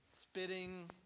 spitting